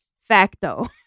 facto